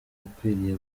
ukwiriye